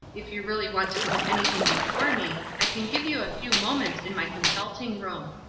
if you really want to put anything before me, i can give you a few moments in my consulting-room.